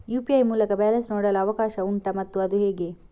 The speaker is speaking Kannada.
ಯು.ಪಿ.ಐ ಮೂಲಕ ಬ್ಯಾಲೆನ್ಸ್ ನೋಡಲು ಅವಕಾಶ ಉಂಟಾ ಮತ್ತು ಅದು ಹೇಗೆ?